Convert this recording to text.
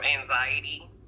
anxiety